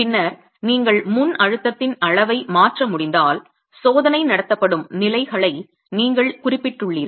பின்னர் நீங்கள் முன்அழுத்தத்தின் அளவை மாற்ற முடிந்தால் சோதனை நடத்தப்படும் நிலைகளை நீங்கள் குறிப்பிட்டுள்ளீர்கள்